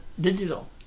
Digital